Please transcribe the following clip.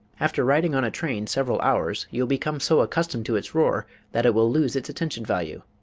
after riding on a train several hours you will become so accustomed to its roar that it will lose its attention-value,